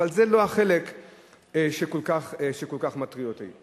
אבל זה לא החלק שכל כך מטריד אותי.